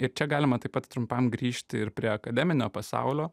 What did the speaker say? ir čia galima taip pat trumpam grįžti ir prie akademinio pasaulio